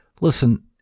Listen